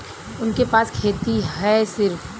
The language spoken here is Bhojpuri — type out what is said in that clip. उनके पास खेती हैं सिर्फ